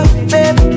Baby